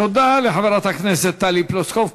תודה לחברת הכנסת טלי פלוסקוב.